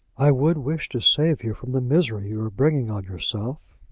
i would wish to save you from the misery you are bringing on yourself.